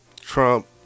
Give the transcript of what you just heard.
Trump